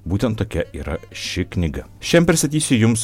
būtent tokia yra ši knyga šiandien pristatysiu jums